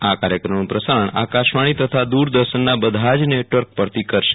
આ કાર્યક્રમનું પ્રસારણ આકાશવાણી તથા દૂરદર્શનના બધા જનેટવર્ક પરથી કરશે